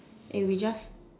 we just